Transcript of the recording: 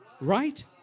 Right